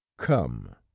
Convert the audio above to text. come